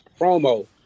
promo